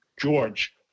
George